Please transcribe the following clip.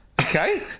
Okay